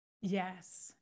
yes